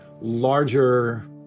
larger